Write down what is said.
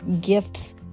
gifts